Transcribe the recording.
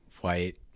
white